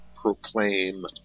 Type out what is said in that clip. proclaim